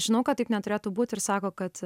žinau kad taip neturėtų būt ir sako kad